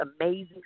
amazing